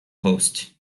host